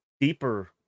deeper